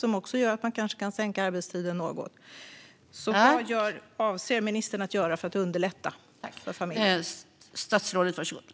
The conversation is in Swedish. Det gör också att de kanske kan minska arbetstiden något. Vad avser ministern att göra för att underlätta för familjer?